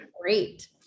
Great